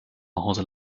hause